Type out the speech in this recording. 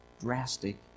drastic